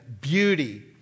beauty